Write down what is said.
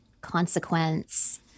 consequence